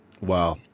Wow